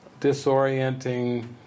disorienting